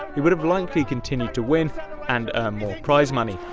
he would've likely continued to win and earn more prize money.